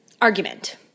Argument